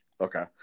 Okay